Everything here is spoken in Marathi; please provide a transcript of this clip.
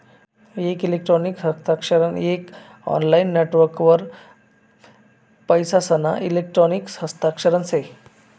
एक इलेक्ट्रॉनिक हस्तांतरण एक ऑनलाईन नेटवर्कवर पैसासना इलेक्ट्रॉनिक हस्तांतरण से